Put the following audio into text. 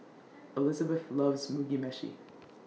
Elizebeth loves Mugi Meshi